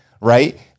right